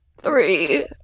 three